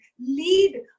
lead